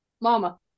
Mama